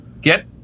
get